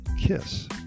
Kiss